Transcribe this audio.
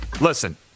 listen